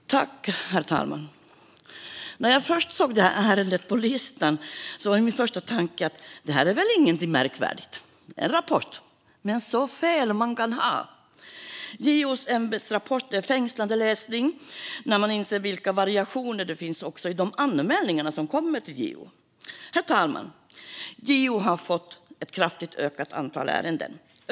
Justitieombuds-männens ämbets-berättelse Herr talman! När jag först såg detta ärende på listan var min första tanke: En rapport - detta är väl inget märkvärdigt? Men så fel man kan ha! JO:s ämbetsrapport är fängslande läsning när man inser vilka variationer det finns i de anmälningar som kommer till JO. Herr talman! JO har fått ett kraftigt ökat antal ärenden.